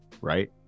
Right